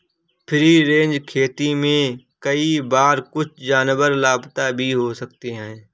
free range खेती में कई बार कुछ जानवर लापता भी हो सकते हैं